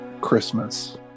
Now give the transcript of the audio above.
Christmas